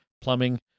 plumbing